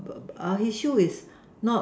uh his shoe is not